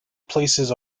places